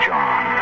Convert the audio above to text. John